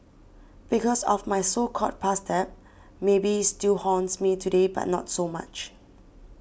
because of my so called past debt maybe still haunts me today but not so much